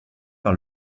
par